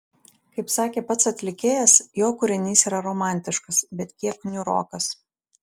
kaip sakė pats atlikėjas jo kūrinys yra romantiškas bet kiek niūrokas